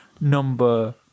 number